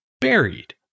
buried